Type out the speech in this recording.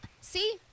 See